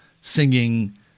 singing